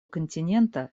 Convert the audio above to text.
континента